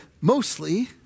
Mostly